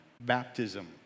baptism